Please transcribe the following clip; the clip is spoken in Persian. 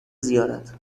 زیارت